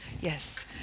yes